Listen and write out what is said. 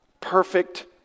perfect